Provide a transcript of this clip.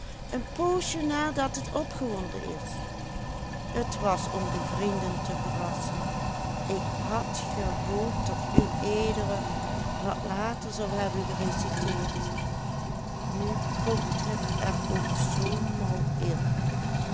een poosje nadat het opgewonden is t was om de vrinden te verrassen ik had gehoopt dat ue wat later zou hebben gereciteerd nu komt het er ook zoo mal in